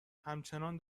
همچنان